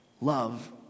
love